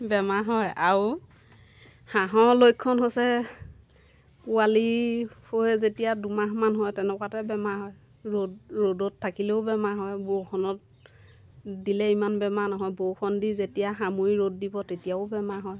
বেমাৰ হয় আও হাঁহৰ লক্ষণ হৈছে পোৱালি হৈ যেতিয়া দুমাহমান হয় তেনেকুৱাতে বেমাৰ হয় ৰ'দ ৰ'দত থাকিলেও বেমাৰ হয় বৰষুণত দিলে ইমান বেমাৰ নহয় বৰষুণ দি যেতিয়া সামৰি ৰ'দ দিব তেতিয়াও বেমাৰ হয়